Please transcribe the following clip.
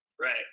Right